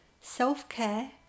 self-care